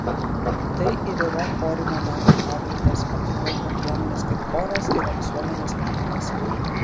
tai ir yra chorinio darbo pagrindas o tokios bendruomenės kaip choras yra visuomenės pamatas